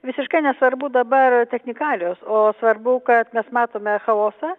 visiškai nesvarbu dabar technikalijos o svarbu kad mes matome chaosą